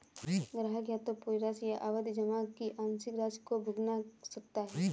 ग्राहक या तो पूरी राशि या सावधि जमा की आंशिक राशि को भुना सकता है